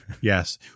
Yes